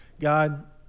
God